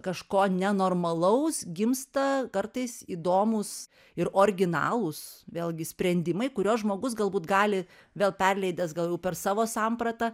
kažko nenormalaus gimsta kartais įdomūs ir originalūs vėlgi sprendimai kuriuos žmogus galbūt gali vėl perleidęs gal jau per savo sampratą